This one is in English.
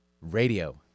radio